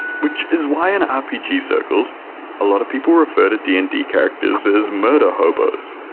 which is why in rpg circles a lot of people refer to d and d characters as murder-hobos.